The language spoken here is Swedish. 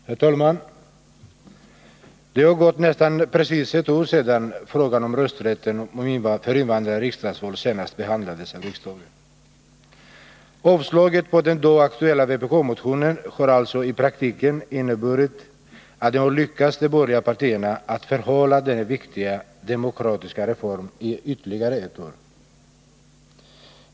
Herr talman! Det har nu gått nästan precis ett år sedan frågan om rösträtt för invandrare i riksdagsval senast behandlades av riksdagen. Avslaget på den då aktuella vpk-motionen har alltså i praktiken inneburit att det har lyckats för de borgerliga partierna att förhala denna viktiga demokratiska reform i ytterligare ett år.